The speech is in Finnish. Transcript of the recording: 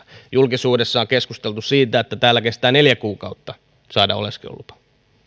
julkisuudessa on keskusteltu siitä että täällä kestää neljä kuukautta saada oleskelulupa se